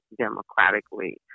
democratically